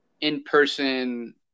in-person